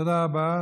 תודה רבה.